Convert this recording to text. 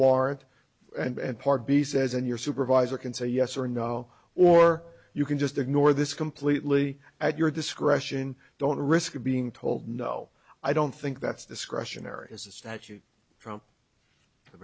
warrant and part b says in your supervisor can say yes or no or you can just ignore this completely at your discretion don't risk being told no i don't think that's discretionary is a statute from the